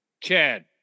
Chad